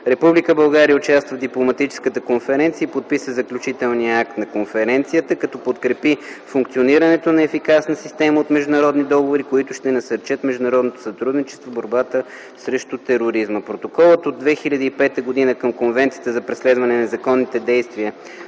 Република България участва в Дипломатическата конференция и подписа заключителния акт на конференцията, като подкрепи функционирането на ефикасна система от международни договори, които ще насърчат международното сътрудничество в борбата срещу тероризма. Протоколът от 2005 г. към Конвенцията за преследване на незаконните действия,